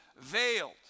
veiled